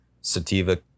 sativa